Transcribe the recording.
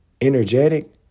Energetic